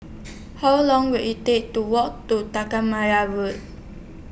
How Long Will IT Take to Walk to Road